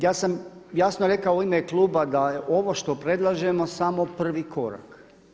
Ja sam jasno rekao u ime kluba da je ovo što predlažemo samo prvi korak.